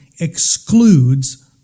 excludes